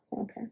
okay